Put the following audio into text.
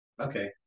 Okay